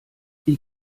wie